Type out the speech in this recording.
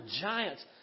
giants